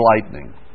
lightning